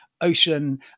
Ocean